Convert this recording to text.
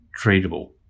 treatable